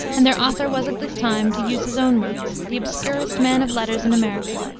and their author was at this time to use his own words the obscurest man of letters in america.